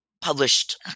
published